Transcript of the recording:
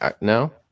No